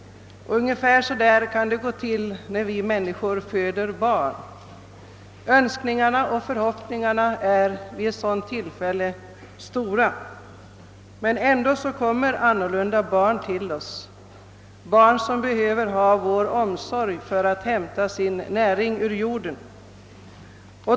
Ungefär på samma sätt kan det gå till när vi människor föder ett barn. Önskningarna och förhoppningarna är stora vid ett sådant tillfälle, men ändå kommer annorlunda barn till oss, barn som behöver ha vår omsorg för att hämta sin näring.